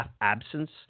absence